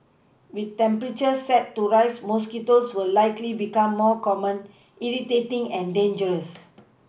with temperatures set to rise mosquitoes will likely become more common irritating and dangerous